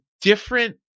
different